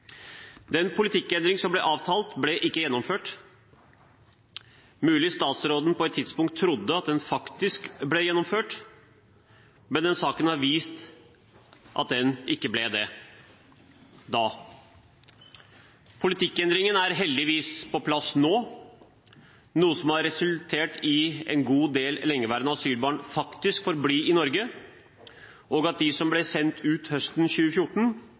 Den politikkendring som ble avtalt, ble ikke gjennomført. Mulig statsråden på et tidspunkt trodde at den faktisk ble gjennomført, men denne saken har vist at den ikke ble det – da. Politikkendringen er heldigvis på plass nå, noe som har resultert i at en god del lengeværende asylbarn faktisk får bli i Norge, og at de som ble sendt ut høsten 2014,